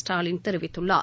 ஸ்டாலின் தெரிவித்துள்ளார்